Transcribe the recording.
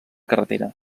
carretera